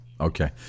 Okay